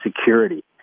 security